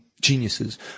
geniuses